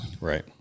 Right